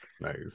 nice